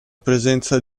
presenza